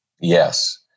Yes